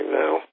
now